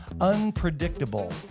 unpredictable